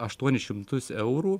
aštuonis šimtus eurų